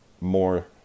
more